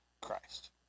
Christ